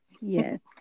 yes